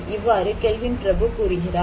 இவ்வாறு கெல்வின் பிரபு கூறுகிறார்